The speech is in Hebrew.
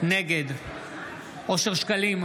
נגד אושר שקלים,